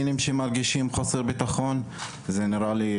סטודנטית מרים אבו קווידר מאוניברסיטת בן גוריון העלתה פוסט של יחיא